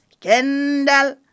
Kendall